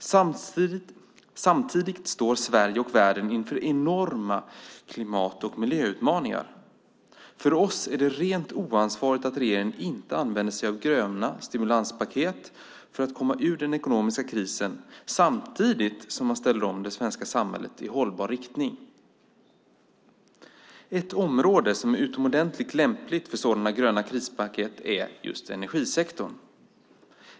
Samtidigt står Sverige och världen inför enorma klimat och miljöutmaningar. Vi anser att det är rent oansvarigt att regeringen inte använder sig av gröna stimulanspaket för att komma ur den ekonomiska krisen samtidigt som man ställer om det svenska samhället i hållbar riktning. Ett område som är utomordentligt lämpligt för sådana gröna krispaket är energisektorn.